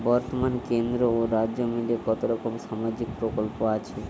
বতর্মানে কেন্দ্র ও রাজ্য মিলিয়ে কতরকম সামাজিক প্রকল্প আছে?